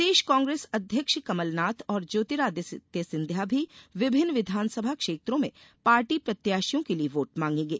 प्रदेश कांग्रेस अध्यक्ष कमलनाथ और ज्योतिरादित्य सिंधिया भी विभिन्न विधानसभा क्षेत्रों में पार्टी प्रत्याशियों के लिए वोट मांगेगे